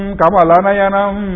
Kamalanayanam